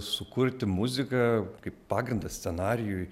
sukurti muziką kaip pagrindą scenarijui